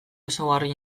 ezaugarri